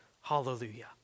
Hallelujah